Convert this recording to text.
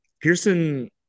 pearson